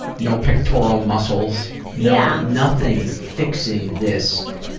no pectoral muscles, yeah nothing fixing this.